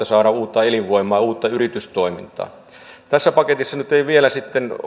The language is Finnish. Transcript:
saada uutta elinvoimaa ja uutta yritystoimintaa tässä paketissa nyt ei vielä sitten